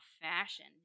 fashion